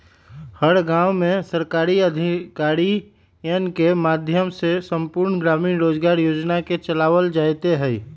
हर गांव में सरकारी अधिकारियन के माध्यम से संपूर्ण ग्रामीण रोजगार योजना के चलावल जयते हई